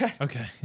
Okay